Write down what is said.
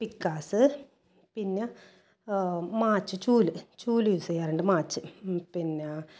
പിക്കാസ് പിന്ന മാച്ച് ചൂൽ യൂസ് ചെയ്യാറുണ്ട് മാച്ച് പിന്നെ